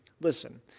listen